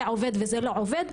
זה עובד וזה לא עובד,